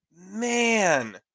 man